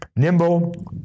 Nimble